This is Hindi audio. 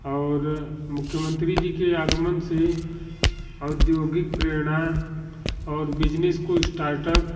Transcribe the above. और मुख्यमंत्री जी के आगमन से औद्योगिक प्रेरणाऍं और बिजनेस को इस्टार्टअप